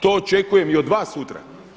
To očekujem od vas sutra.